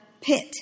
pit